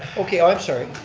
okay i'm sorry.